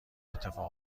اتفاق